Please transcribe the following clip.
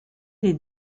les